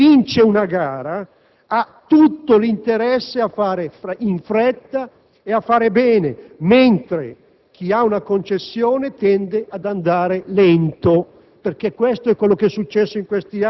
si farà la gara perché chi vince una gara ha tutto l'interesse a fare in fretta e a fare bene, mentre chi ha una concessione tende ad andare lento.